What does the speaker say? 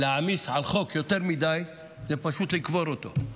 להעמיס על חוק יותר מדי, זה פשוט לקבור אותו.